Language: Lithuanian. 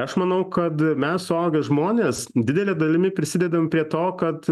aš manau kad mes suaugę žmonės didele dalimi prisidedam prie to kad